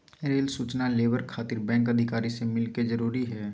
Rail सूचना labour खातिर bank अधिकारी से मिलक जरूरी है?